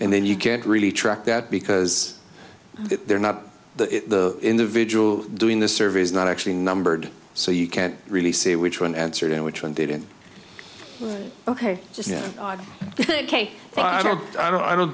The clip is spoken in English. and then you can't really track that because they're not the individual doing the survey is not actually numbered so you can't really say which one answered and which one didn't ok ok but i don't i don't i don't